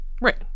right